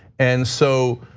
and so,